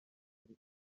ari